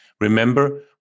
Remember